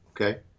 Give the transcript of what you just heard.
Okay